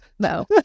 No